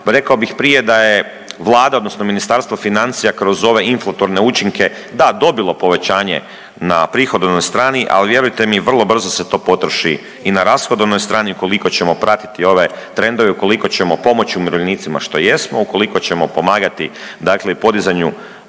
rekao bih prije da je vlada odnosno Ministarstvo financija kroz ove inflatorne učinke da dobilo povećanje na prihodovnoj strani, ali vjerujte mi vrlo brzo se to potroši i na rashodovnoj strani. Ukoliko ćemo pratiti ove trendove, ukoliko ćemo pomoći umirovljenicima, što jesmo, ukoliko ćemo pomagati dakle podizanju